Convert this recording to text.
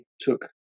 took